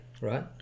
right